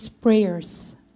prayers